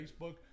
Facebook